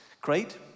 great